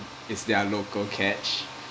it's their local catch